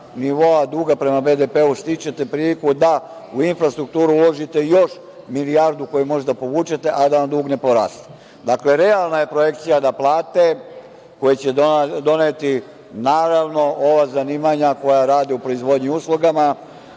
nivoa duga prema BDP, stičete priliku da u infrastrukturu uložite još milijardu koju možete da povučete, a da vam dug ne poraste. Dakle, realna je projekcija da plate, koje će doneti naravno ova zanimanja koja rade u proizvodnji i uslugama,